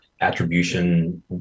attribution